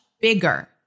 bigger